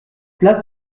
place